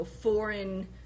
foreign